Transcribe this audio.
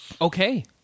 Okay